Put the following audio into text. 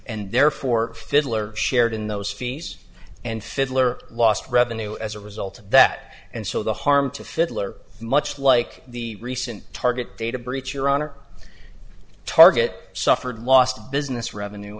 and therefore fiddler shared in those fees and fiddler lost revenue as a result of that and so the harm to fiddler much like the recent target data breach your on our target suffered lost business revenue